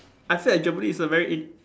I feel that Germany is a very in~